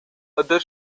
other